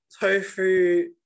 tofu